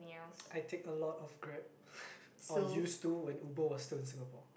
I take a lot of grab or used to when Uber was still in Singapore